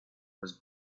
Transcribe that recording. was